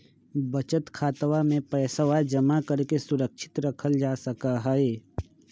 बचत खातवा में पैसवा जमा करके सुरक्षित रखल जा सका हई